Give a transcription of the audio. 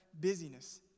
busyness